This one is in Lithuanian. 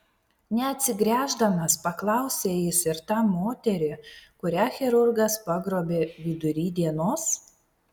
neatsigręždamas paklausė jis ir tą moterį kurią chirurgas pagrobė vidury dienos